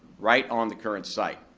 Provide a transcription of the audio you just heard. right on the current site.